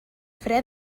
fre